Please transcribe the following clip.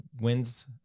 wins